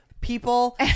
people